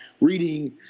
reading